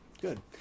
good